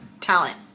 talent